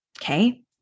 okay